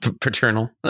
paternal